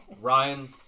Ryan